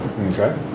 Okay